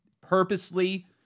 purposely